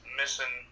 missing